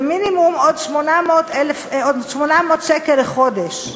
זה מינימום עוד 800 שקל לחודש.